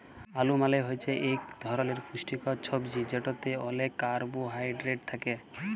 আলু মালে হছে ইক ধরলের পুষ্টিকর ছবজি যেটতে অলেক কারবোহায়ডেরেট থ্যাকে